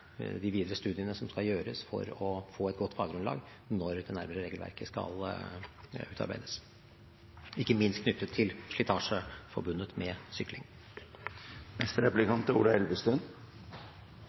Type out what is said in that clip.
de videre studiene som skal gjøres, for å få et godt faggrunnlag når dette nærmere regelverket skal utarbeides, ikke minst knyttet til slitasje forbundet med